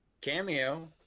Cameo